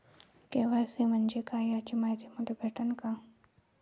KYC म्हंजे काय याची मायती मले भेटन का?